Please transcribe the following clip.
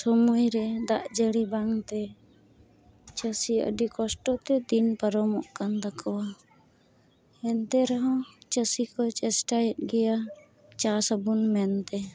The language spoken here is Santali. ᱥᱚᱢᱚᱭ ᱨᱮ ᱫᱟᱜ ᱡᱟᱹᱲᱤ ᱵᱟᱝ ᱛᱮ ᱪᱟᱹᱥᱤ ᱟᱹᱰᱤ ᱠᱚᱥᱴᱚ ᱛᱮ ᱫᱤᱱ ᱯᱟᱨᱚᱢᱚᱜ ᱠᱟᱱ ᱛᱟᱠᱚᱣᱟ ᱮᱱᱛᱮ ᱨᱮᱦᱚᱸ ᱪᱟᱹᱥᱤ ᱠᱚ ᱪᱮᱥᱴᱟᱭᱮᱫ ᱜᱮᱭᱟ ᱪᱟᱥ ᱟᱵᱚᱱ ᱢᱮᱱ ᱛᱮ